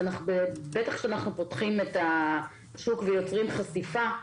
בטח כשאנחנו פותחים את השוק ויוצרים חשיפה,